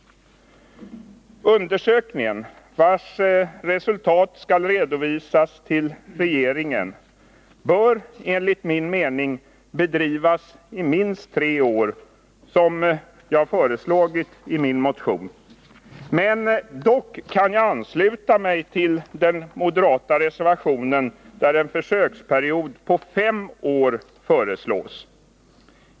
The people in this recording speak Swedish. Undersökningen, vars resultat skall redovisas till regeringen, bör enligt min mening bedrivas i minst tre år, som jag föreslagit i min motion. Dock kan jag ansluta mig till den moderata reservationen, där en försöksperiod på fem år föreslås.